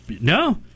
No